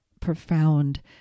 profound